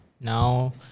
Now